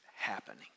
happening